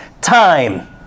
time